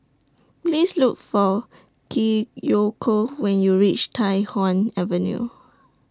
Please Look For Kiyoko when YOU REACH Tai Hwan Avenue